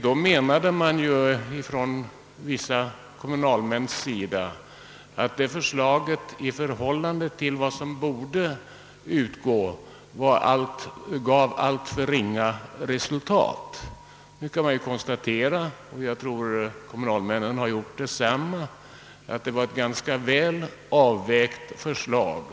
Då menade vissa kommunalmän att förslaget gav alltför ringa resultat i förhållande till vad som borde utgå. Nu kan vi konstatera — och det tror jag att även kommunalmännen har gjort — att det var ett ganska väl avvägt förslag.